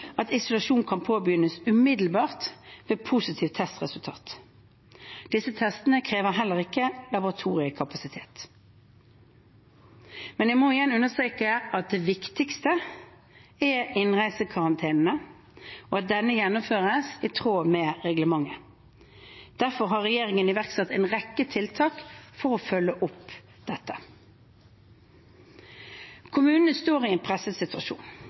at isolasjon kan påbegynnes umiddelbart ved positivt testresultat. Disse testene krever heller ikke laboratoriekapasitet. Men jeg må igjen understreke at det viktigste er innreisekarantene, og at denne gjennomføres i tråd med reglementet. Derfor har regjeringen iverksatt en rekke tiltak for å følge opp dette. Kommunene står i en presset situasjon.